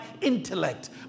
intellect